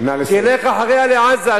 שילך אחריה לעזה,